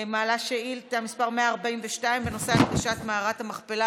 מעלה את שאילתה מס' 142, בנושא הנגשת מערת המכפלה.